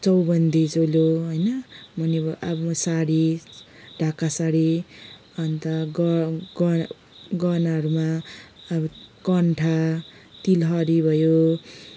चौबन्दी चोलो होइन मुनिब अब सारी ढाका सारी अन्त ग गहना गहनाहरूमा अब कन्ठा तिलहरी भयो